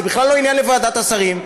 זה בכלל לא עניין של ועדת השרים,